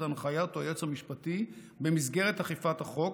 הנחיית היועץ המשפטי במסגרת אכיפת החוק,